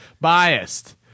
Biased